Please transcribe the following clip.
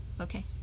Okay